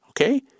Okay